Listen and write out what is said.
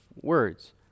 words